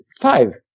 five